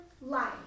life